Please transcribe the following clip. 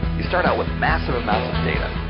we start out with massive amount of data.